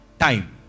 time